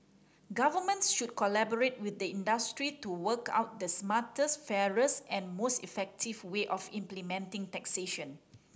governments should collaborate with the industry to work out the smartest fairest and most effective way of implementing taxation